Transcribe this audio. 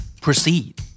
Proceed